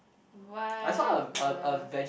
why the